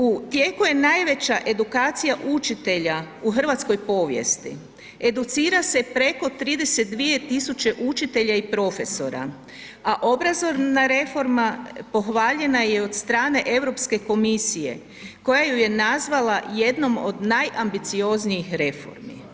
U tijeku je najveća edukacija učitelja u hrvatskoj povijesti, educira se preko 32.000 učitelja i profesora, a obrazovna reforma pohvaljena je i od strane Europske komisije koja ju je nazvala jednom od najambicioznijih reformi.